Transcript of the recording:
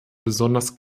besonders